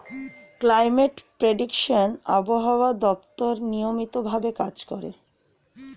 climate prediction আবহাওয়া দপ্তর নিয়মিত ভাবে রোজ করে